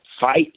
fight